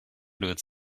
with